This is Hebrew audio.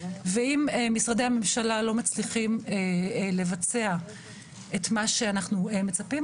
אם משרדי הממשלה לא מצליחים לבצע את מה שאנחנו מצפים,